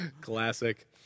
classic